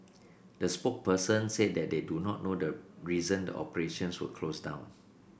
the spokesperson said that they do not know the reason the operations were closed down